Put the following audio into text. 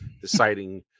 deciding